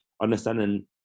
understanding